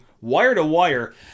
wire-to-wire